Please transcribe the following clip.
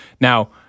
Now